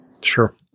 Sure